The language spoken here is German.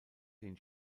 den